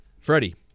Freddie